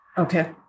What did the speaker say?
Okay